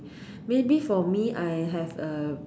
maybe for me I have a